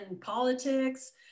politics